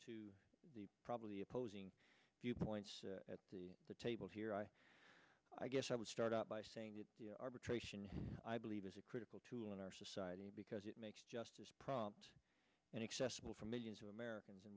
to the probably opposing viewpoint at the table here i i guess i would start out by saying that arbitration i believe is a critical tool in our society because it makes justice prompt and accessible for millions of americans